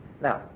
Now